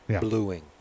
bluing